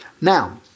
Now